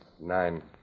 Nine